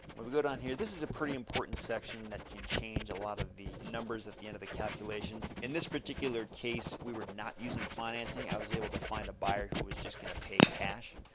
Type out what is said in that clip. when we go down here, this is a pretty important section that can change a lot of the numbers at the end of the calculation. in this particular case we were not using financing. i was able to find a buyer who was just gonna pay cash.